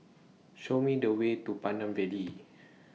Show Me The Way to Pandan Valley